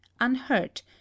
unhurt